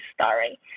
story